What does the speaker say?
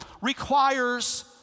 requires